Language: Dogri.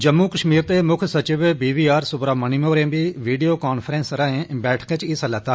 जम्मू कश्मीर दे मुक्ख सचिव बी वी आर सुब्रह्मण्यम होरें बी वीडियो कांफ्रेंस राएं बैठका च हिस्सा लैता